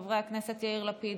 חברי הכנסת יאיר לפיד,